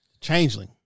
Changeling